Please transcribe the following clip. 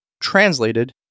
translated